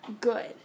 good